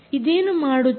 ಇದೇನು ಮಾಡುತ್ತಿದೆ